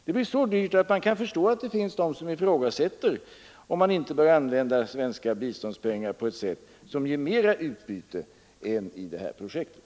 Det blir så dyrt att man kan förstå att det finns de som ifrågasätter, om inte svenska biståndspengar bör användas på ett sätt som ger större utbyte än de gör i det här projektet.